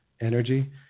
energy